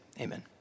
Amen